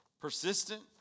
Persistent